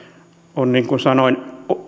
on niin kuin sanoin